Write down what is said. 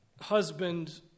husband